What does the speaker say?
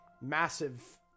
massive